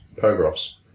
paragraphs